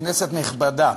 כנסת נכבדה,